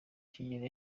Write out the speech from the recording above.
kigeli